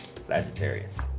Sagittarius